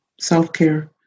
self-care